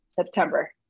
September